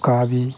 ꯎꯀꯥꯕꯤ